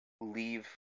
leave